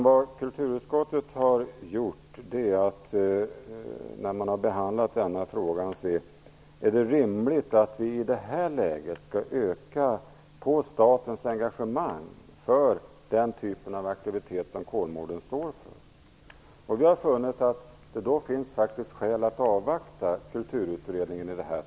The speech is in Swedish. Vad kulturutskottet har gjort när man har behandlat den här frågan är att fråga sig: Är det rimligt att vi i det här läget ökar på statens engagemang för den typ av aktivitet som Kolmården står för? Vi har då funnit att det faktiskt finns skäl att avvakta Kulturutredningens betänkande.